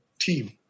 team